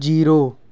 zero